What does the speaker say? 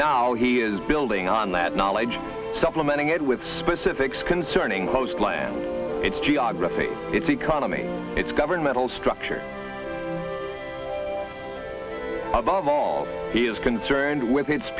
now he is building on that knowledge supplementing it with specifics concerning post plans its geography its economy its governmental structure above all he is concerned with